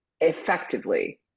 effectively